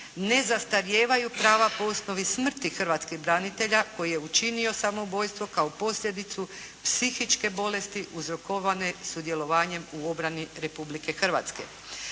Ne zastarijevaju prava po osnovi smrti hrvatskih branitelja koji je učinio samoubojstvo kao posljedicu psihičke bolesti uzrokovane sudjelovanjem u obrani Republike Hrvatske.